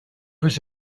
was